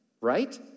right